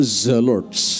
zealots